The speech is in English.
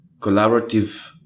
collaborative